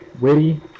Witty